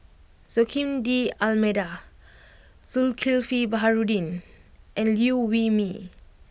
Joaquim D'almeida Zulkifli Baharudin and Liew Wee Mee